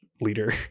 leader